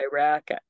Iraq